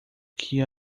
que